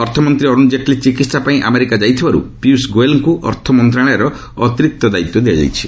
ଅର୍ଥମନ୍ତ୍ରୀ ଅରଣ ଜେଟଲୀ ଚିକିତ୍ସା ପାଇଁ ଆମେରିକା ଯାଇଥିବାରୁ ପିୟୁଷ ଗୋଏଲଙ୍କୁ ଅର୍ଥମନ୍ତ୍ରଣାଳୟର ଅତିରିକ୍ତ ଦାୟିତ୍ୱ ଦିଆଯାଇଛି